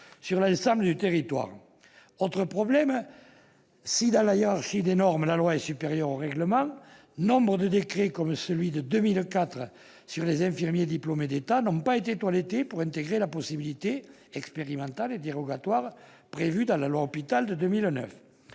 sur l'ensemble du territoire. Eh oui ! Autre problème : si, dans la hiérarchie des normes, la loi est supérieure au règlement, nombre de décrets, comme celui de 2004 relatif aux infirmiers diplômés d'État, n'ont pas été « toilettés » pour intégrer la possibilité expérimentale et dérogatoire prévue dans la loi Hôpital.